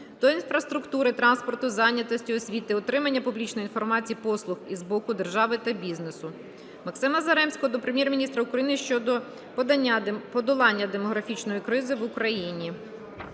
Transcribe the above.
до інфраструктури, транспорту, зайнятості, освіти, отримання публічної інформації, послуг із боку держави та бізнесу. Максима Заремського до Прем'єр-міністра України щодо подолання демографічної кризи в Україні.